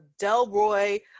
Delroy